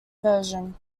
version